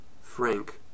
Frank